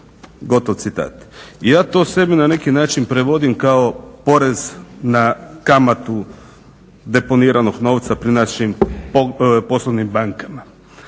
Gotov citat. I ja to sebi na neki način prevodim kao porez na kamatu deponiranog novca pri našim poslovnim bankama.